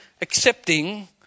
accepting